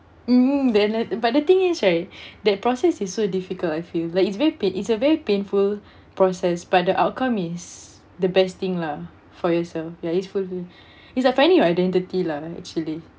mmhmm darn it but the thing is right that process is so difficult I feel like it's very pain it's a very painful process but the outcome is the best thing lah for yourself ya it's for you it's like finding your identity lah actually